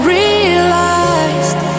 realized